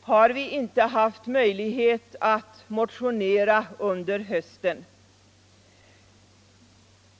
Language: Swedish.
har vi inte haft möjlighet att motionera under hösten.